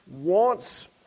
wants